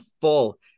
full